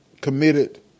committed